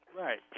Right